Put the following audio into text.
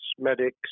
medics